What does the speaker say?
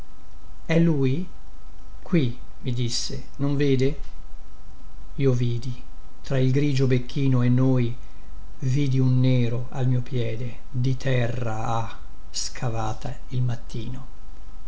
e lui qui mi disse non vede io vidi tra il grigio becchino e noi vidi un nero al mio piede di terra ah scavata il mattino